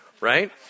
right